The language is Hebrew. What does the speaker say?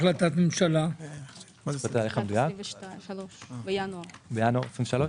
החלטת הממשלה הייתה בינואר 23',